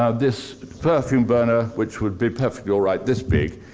um this perfume burner, which would be perfectly all right this big,